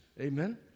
Amen